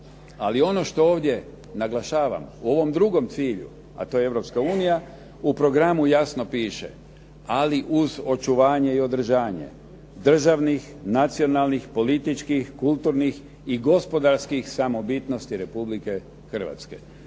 Ali ono što ovdje naglašavam u ovom drugom cilju, a to je Europska unije, u programu jasno piše ali uz očuvanje i održavanje državnih, nacionalnih, političkih, kulturnih i gospodarskih samobitnosti Republike Slovenije.